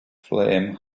flame